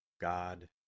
God